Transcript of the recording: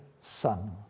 son